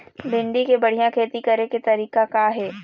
भिंडी के बढ़िया खेती करे के तरीका का हे?